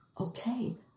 okay